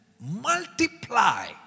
multiply